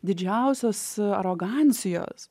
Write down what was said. didžiausios arogancijos